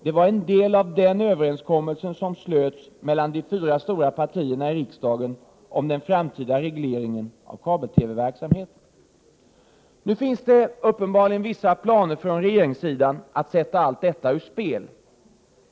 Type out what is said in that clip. Det var en del av den överenskommelse som slöts mellan de fyra stora partierna i riksdagen om den framtida regleringen av kabel-TV verksamheten. Nu finns det uppenbarligen vissa planer från regeringens sida att sätta allt detta ur spel.